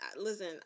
listen